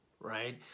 right